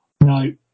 No